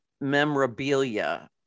memorabilia